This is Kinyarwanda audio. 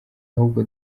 ahubwo